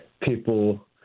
people